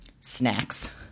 Snacks